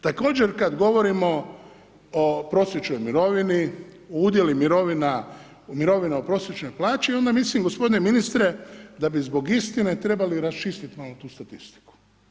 Također, kad govorimo o prosječnoj mirovini, o udjelu mirovina u prosječnoj plaći, onda mislim gospodine ministre, da bi zbog istine trebali raščistiti malo tu statistiku.